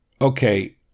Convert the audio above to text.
okay